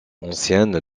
ancienne